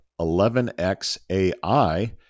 11xAI